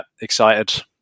excited